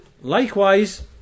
likewise